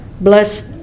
bless